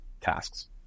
tasks